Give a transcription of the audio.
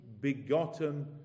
begotten